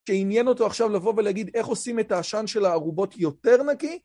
שעניין אותו עכשיו לבוא ולהגיד איך עושים את העשן של הארובות יותר נקי?